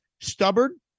stubborn